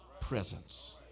presence